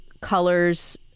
colors